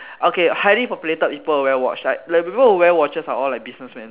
okay highly populated people will wear watch like the people who wear watches are all like businessman